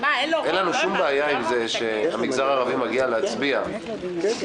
אין לנו שום בעיה עם זה שהמגזר הערבי מגיע להצביע יש